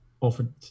offered